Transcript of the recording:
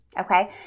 okay